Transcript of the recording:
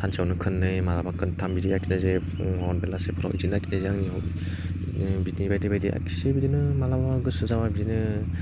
सानसुआवनो खोनै मालाबा खोनथाम बिदिनो आखिनाय जायो फुङाव बेलासिफ्राव बिदिनो आखिनाया आंनि हबि बिदिनो रायथाइ बिदिनो मालाबा मालाबा गोसो जाबा बिदिनो